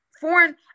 foreign